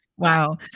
Wow